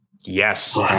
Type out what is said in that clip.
Yes